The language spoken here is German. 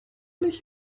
nicht